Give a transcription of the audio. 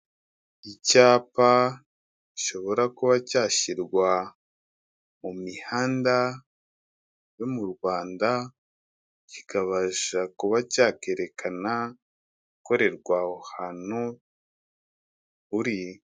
Icyapa gishobora kuba cyashyirwa mu mihanda yo mu Rwanda kikabasha kuba cyakerekana ibikorerwa aho hantu uri.